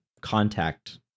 contact